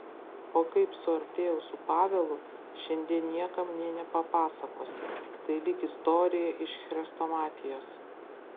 o kaip suartėjau su pavelu šiandien niekam nė nepapasakosi tai lyg istorija iš chrestomatijos